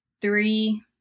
three